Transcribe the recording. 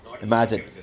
imagine